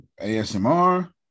ASMR